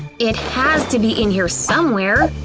it has to be in here somewhere!